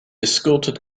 escorted